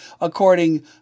According